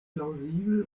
plausibel